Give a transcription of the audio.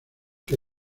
que